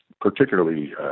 particularly